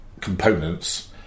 components